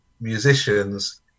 musicians